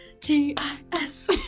g-i-s